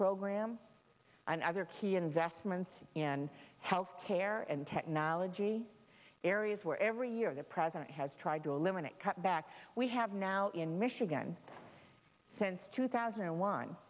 program and other key investments in health care and technology areas where every year the president has tried to eliminate cutbacks we have now in michigan since two thousand and one